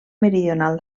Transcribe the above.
meridional